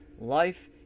life